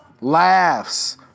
Laughs